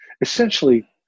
essentially